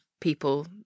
people